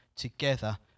together